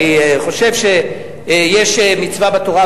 אני חושב שיש מצווה בתורה,